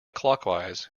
clockwise